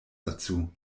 dazu